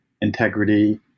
integrity